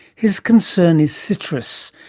his concern is citrus,